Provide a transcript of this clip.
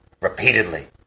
repeatedly